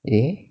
eh